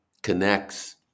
Connects